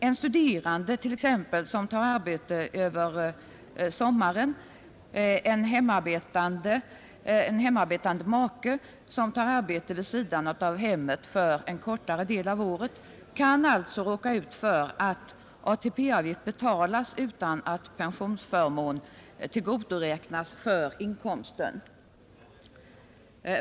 En studerande t.ex. som tar arbete över sommaren eller en hemarbetande make som tar arbete utanför hemmet för en kortare del av året kan alltså råka ut för att ATP-avgift betalas utan att pensionsförmån tillgodoräknas för inkomsten.